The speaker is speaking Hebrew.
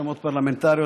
רשמות פרלמנטריות,